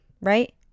right